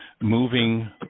moving